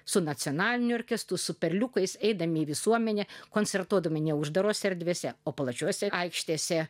su nacionaliniu orkestru su perliukais eidami į visuomenę koncertuodami ne uždarose erdvėse o plačiose aikštėse